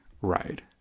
ride